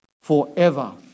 forever